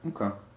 Okay